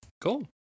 Cool